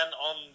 on